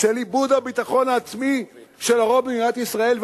של איבוד הביטחון העצמי של הרוב במדינת ישראל,